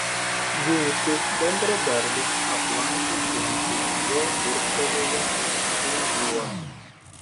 jūsų bendradarbis aplankė kunkį jo dirbtuvėje kužiuos